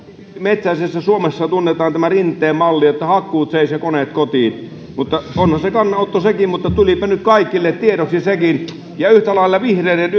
metsäisessä suomessa tunnetaan tämä rinteen malli että hakkuut seis ja koneet kotiin ja onhan se kannanotto sekin mutta tulipa nyt kaikille tiedoksi sekin ja yhtä lailla vihreiden